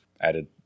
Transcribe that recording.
added